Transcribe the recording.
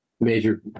major